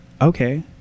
Okay